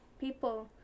people